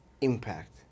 impact